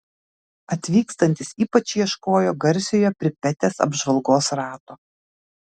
atvykstantys ypač ieškojo garsiojo pripetės apžvalgos rato